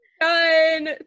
done